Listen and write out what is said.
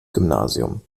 gymnasium